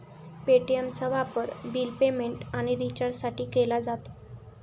पे.टी.एमचा वापर bill payment आणि रिचार्जसाठी केला जातो